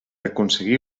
aconseguir